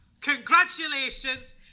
congratulations